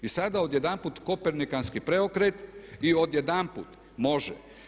I sada odjedanput kopernikanski preokret i odjedanput može.